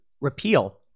repeal